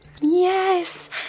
Yes